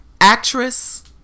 actress